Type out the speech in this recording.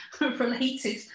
related